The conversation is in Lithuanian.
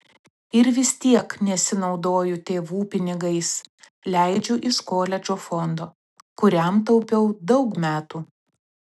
ir vis tiek nesinaudoju tėvų pinigais leidžiu iš koledžo fondo kuriam taupiau daug metų